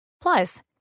Plus